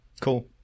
cool